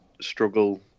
struggle